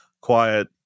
quiet